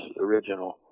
original